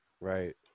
Right